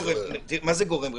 מה זה גורם רפואי?